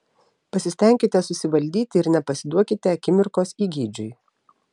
pasistenkite susivaldyti ir nepasiduokite akimirkos įgeidžiui